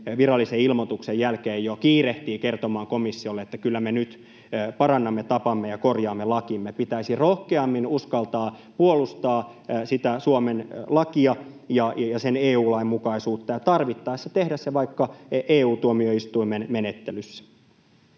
virallisen ilmoituksen jälkeen, jo kiirehtii kertomaan komissiolle, että kyllä me nyt parannamme tapamme ja korjaamme lakimme. Pitäisi rohkeammin uskaltaa puolustaa sitä Suomen lakia ja sen EU-lain mukaisuutta ja tarvittaessa tehdä se vaikka EU-tuomioistuimen menettelyssä.